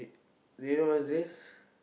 do you know what's this